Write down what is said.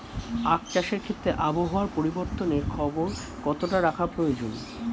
আখ চাষের ক্ষেত্রে আবহাওয়ার পরিবর্তনের খবর কতটা রাখা প্রয়োজন?